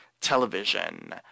television